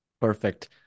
perfect